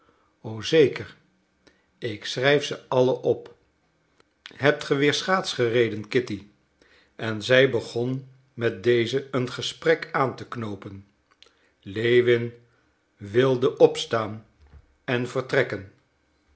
o zeker ik schrijf ze alle op hebt ge weer schaatsengereden kitty en zij begon met deze een gesprek aan te knoopen lewin wilde opstaan en vertrekken